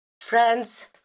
friends